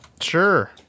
Sure